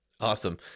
awesome